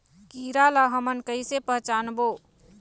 कीरा ला हमन कइसे पहचानबो?